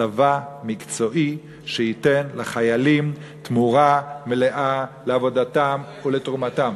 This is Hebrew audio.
צבא מקצועי שייתן לחיילים תמורה מלאה לעבודתם ולתרומתם,